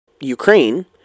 Ukraine